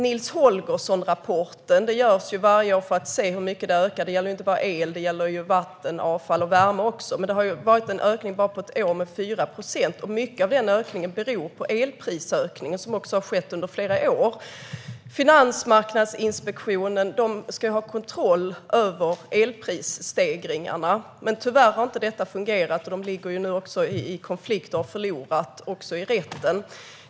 Nils Holgersson-rapporten görs varje år för att se hur mycket priset ökar, och det gäller inte bara el utan också vatten, avfall och värme. Det har varit en ökning med 4 procent på bara ett år. Mycket av den ökningen beror på elprisökningen, som har skett under flera år. Energimarknadsinspektionen ska ha kontroll över elprisstegringarna. Men tyvärr har inte detta fungerat - de ligger nu också i konflikt och har förlorat i rätten.